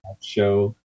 show